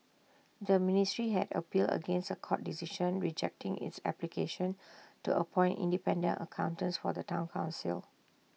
the ministry had appealed against A court decision rejecting its application to appoint independent accountants for the Town Council